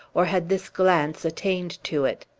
or had this glance attained to it.